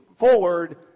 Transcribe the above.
forward